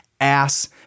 ass